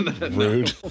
rude